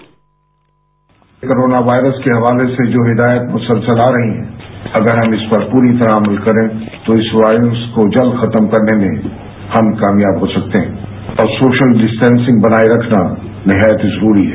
sound bite corona virus के हवाले से जो हिदायत मुसलसल आ रही हैं अगर हम इस पर पूरी तरह अमल करें तो इस वायरस को जल्द खत्म करने में हम कामयाब हो सकते हैं और सोशल डिस्टेसिंग बनाए रखना निहायत ही जरूरी है